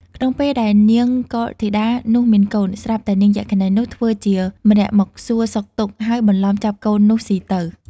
ក្នុងពេលដែលនាងកុលធីតានោះមានកូន ស្រាប់តែនាងយក្ខិនីនោះ ធ្វើជាម្រាក់មកសួរសុខទុក្ខ ហើយបន្លំចាប់កូននោះស៊ីទៅ ។